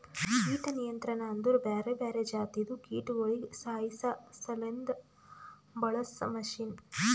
ಕೀಟ ನಿಯಂತ್ರಣ ಅಂದುರ್ ಬ್ಯಾರೆ ಬ್ಯಾರೆ ಜಾತಿದು ಕೀಟಗೊಳಿಗ್ ಸಾಯಿಸಾಸಲೆಂದ್ ಬಳಸ ಮಷೀನ್